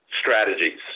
strategies